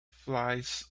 flies